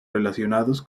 relacionados